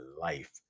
life